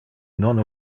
non